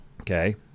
Okay